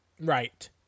Right